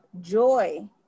joy